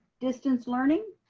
distance learning?